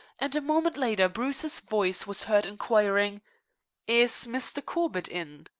and a moment later bruce's voice was heard inquiring is mr. corbett in?